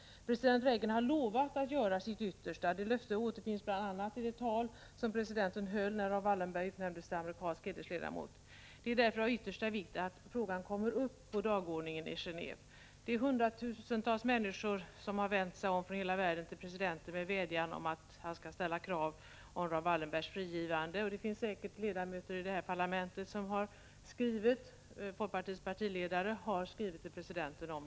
President Reagan har lovat att göra sitt yttersta. Det löftet återfanns bl.a. i det tal som presidenten höll när Raoul Wallenberg utnämndes till amerikansk hedersmedborgare. Det är därför av yttersta vikt att frågan kommer upp på dagordningen i Geneve. Hundratusentals människor från hela världen har vänt sig till presidenten med vädjan om att han skall ställa krav om Raoul Wallenbergs frigivande. Det finns säkert ledamöter av detta parlament som har vädjat. Folkpartiets partiledare har skrivit till presidenten.